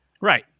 Right